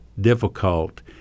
difficult